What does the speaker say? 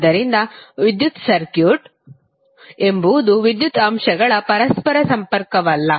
ಆದ್ದರಿಂದ ವಿದ್ಯುತ್ ಸರ್ಕ್ಯೂಟ್ ಎಂಬುದು ವಿದ್ಯುತ್ ಅಂಶಗಳ ಪರಸ್ಪರ ಸಂಪರ್ಕವಲ್ಲ